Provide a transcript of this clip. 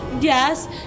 Yes